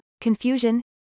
confusion